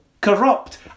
corrupt